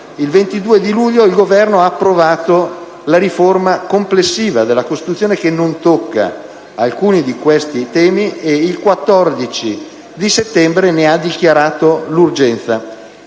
Il 22 luglio il Governo ha approvato la riforma complessiva della Costituzione, che non tocca alcuno di questi temi e il 14 settembre ne ha dichiarato l'urgenza.